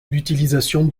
l’utilisation